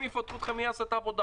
אם יפטרו אתכם, מי יעשה את העבודה?